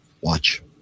Watch